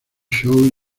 show